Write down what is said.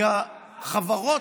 כי החברות,